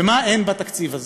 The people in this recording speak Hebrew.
ומה אין בתקציב הזה?